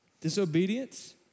Disobedience